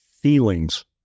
feelings